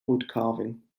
woodcarving